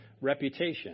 reputation